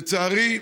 לצערי,